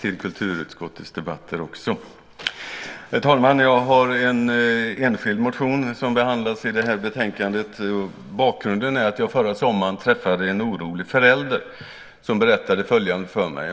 till kulturutskottets debatter. Herr talman! Jag har en enskild motion som behandlas i det här betänkandet. Bakgrunden är att jag förra sommaren träffade en orolig förälder som berättade följande för mig.